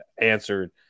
answered